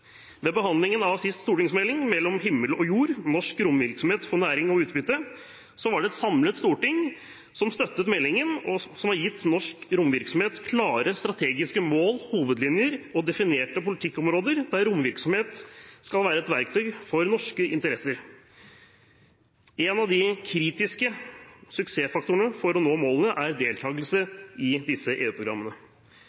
Ved behandlingen av siste stortingsmelding – Mellom himmel og jord: Norsk romvirksomhet for næring og utbytte – var det et samlet storting som støttet meldingen, og som ga norsk romvirksomhet klare strategiske mål, hovedlinjer og definerte politikkområder der romvirksomhet skal være et verktøy for norske interesser. En av de kritiske suksessfaktorene for å nå målene er deltakelse